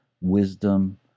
wisdom